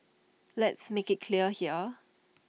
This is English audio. let's make IT clear here